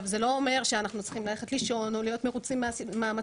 זה לא אומר שאנחנו צריכים ללכת לישון או להיות מרוצים מהמצב,